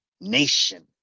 nation